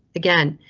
again,